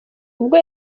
ubwo